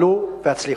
עלו והצליחו.